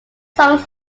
songs